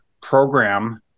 program